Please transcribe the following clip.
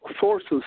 sources